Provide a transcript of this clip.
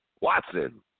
Watson